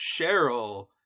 Cheryl